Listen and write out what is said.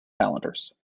calendars